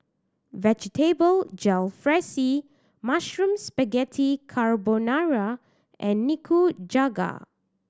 Vegetable Jalfrezi Mushroom Spaghetti Carbonara and Nikujaga